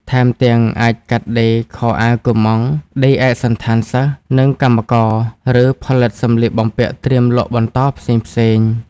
ថែមទាំង អាចកាត់ដេរខោអាវកម្ម៉ង់ ដេរឯកសណ្ឋានសិស្ស និងកម្មករ ឬផលិតសម្លៀកបំពាក់ត្រៀមលក់បន្តផ្សេងៗ។